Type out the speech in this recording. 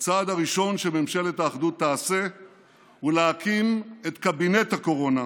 הצעד הראשון שממשלת האחדות תעשה הוא להקים את קבינט הקורונה,